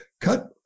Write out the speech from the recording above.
cut